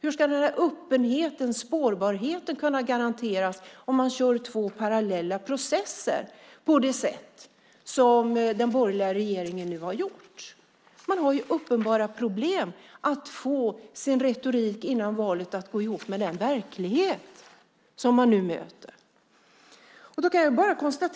Hur ska man kunna garantera öppenhet och spårbarhet om man kör två parallella processer på det sätt som den borgerliga regeringen nu har gjort? Man har uppenbara problem att få sin retorik från före valet att gå ihop med den verklighet som man nu möter.